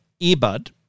earbud